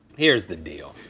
here's the deal.